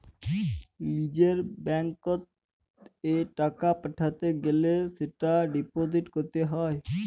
লিজের ব্যাঙ্কত এ টাকা পাঠাতে গ্যালে সেটা ডিপোজিট ক্যরত হ্য়